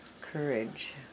courage